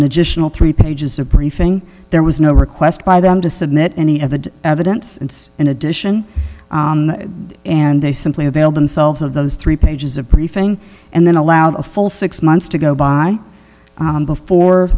an additional three pages of briefing there was no request by them to submit any of the evidence and in addition and they simply availed themselves of those three pages of briefing and then allowed a full six months to go by before